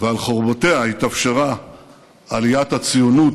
ועל חורבותיה התאפשרה עליית הציונות,